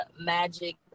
magic